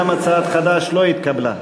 גם הצעת חד"ש לא התקבלה.